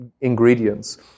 ingredients